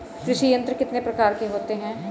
कृषि यंत्र कितने प्रकार के होते हैं?